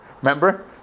Remember